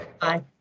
Bye